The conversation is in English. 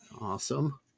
Awesome